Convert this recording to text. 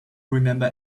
remember